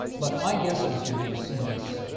but my guess is you're going to see this,